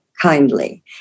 kindly